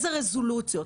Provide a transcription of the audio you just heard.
רזולוציות,